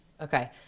Okay